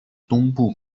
东部